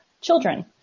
children